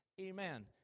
Amen